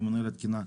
ממונה על התקינה,